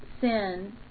sin